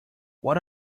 what